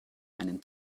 einen